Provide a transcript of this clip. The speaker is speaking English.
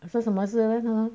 说什么是为什么